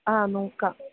ആ നോക്കാം